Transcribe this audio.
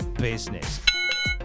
business